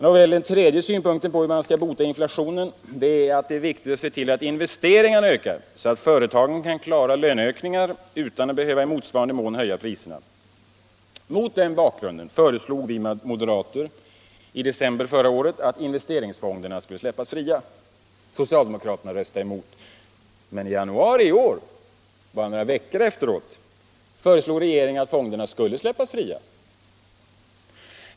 Nåväl, den tredje synpunkten på hur man skulle bota inflationen är att det är viktigt att se till att investeringarna ökar, så att företagen kan klara löneökningar utan att i motsvarande mån höja priserna. Mot den bakgrunden föreslog vi moderater i december förra året att investeringsfonderna skulle släppas fria. Socialdemokraterna röstade emot. Men i januari i år — bara några veckor efteråt — föreslog regeringen att fonderna skulle släppas fria.